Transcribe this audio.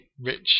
rich